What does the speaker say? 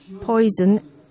poison